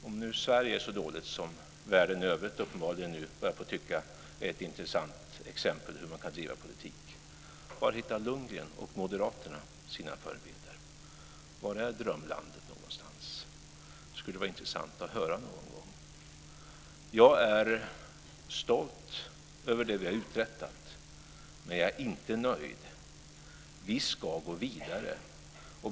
Om nu Sverige är så dåligt när världen i övrigt uppenbarligen börjar tycka att det är ett intressant exempel på hur man kan driva politik - var hittar Lundgren och moderaterna sina förebilder? Var är drömlandet någonstans? Det skulle vara intressant att höra någon gång. Jag är stolt över det vi har uträttat. Men jag är inte nöjd. Vi ska gå vidare.